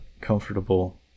comfortable